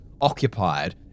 occupied